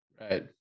Right